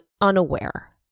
unaware